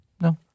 No